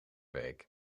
week